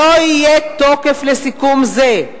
לא יהיה תוקף לסיכום זה".